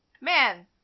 Man